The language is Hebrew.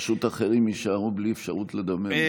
פשוט אחרים יישארו בלי אפשרות לדבר,